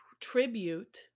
tribute